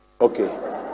Okay